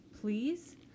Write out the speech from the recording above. please